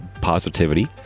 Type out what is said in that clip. positivity